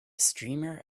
streamer